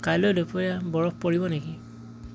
কাইলৈ দুপৰীয়া বৰফ পৰিব নেকি